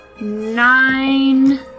nine